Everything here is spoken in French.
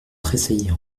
tressaillir